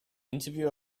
interview